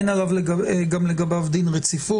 לא הוחל לגביו דין רציפות,